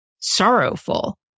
sorrowful